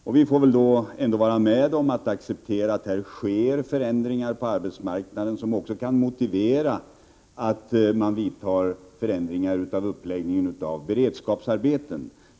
Det borde vara naturligt att vi accepterar att när det sker förändringar på arbetsmarknaden så kan det också motivera att det görs förändringar av uppläggningen av beredskapsarbeten.